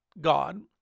God